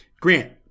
Grant